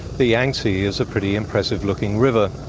the yangtze is a pretty impressive looking river.